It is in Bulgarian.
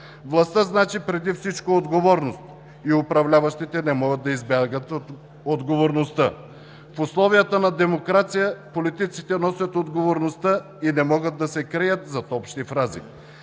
Властта значи преди всичко отговорност и управляващите не могат да избягат от отговорността. В условията на демокрация политиците носят отговорността и не могат да се крият зад общи фрази.